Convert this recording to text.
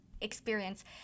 experience